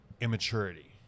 immaturity